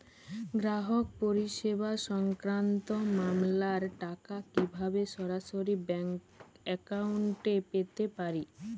গ্রাহক পরিষেবা সংক্রান্ত মামলার টাকা কীভাবে সরাসরি ব্যাংক অ্যাকাউন্টে পেতে পারি?